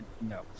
no